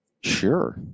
Sure